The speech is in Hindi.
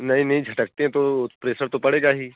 नहीं नहीं झटकते हैं तो प्रेसर तो पड़ेगा ही